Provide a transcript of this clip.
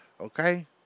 Okay